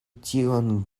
tiun